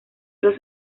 los